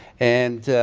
and